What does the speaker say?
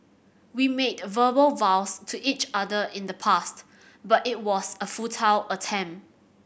we made verbal vows to each other in the past but it was a futile attempt